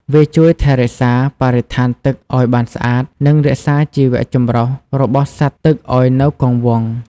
វាជួយថែរក្សាបរិស្ថានទឹកឲ្យបានស្អាត និងរក្សាជីវចម្រុះរបស់សត្វទឹកឲ្យនៅគង់វង្ស។